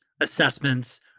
assessments